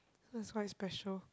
that's quite special